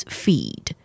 feed